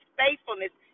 faithfulness